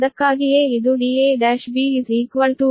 ಅದಕ್ಕಾಗಿಯೇ ಇದು da1b 9